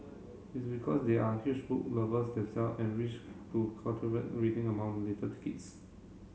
it's because they are huge book lovers them self and wish to cultivate reading among little kids